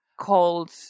called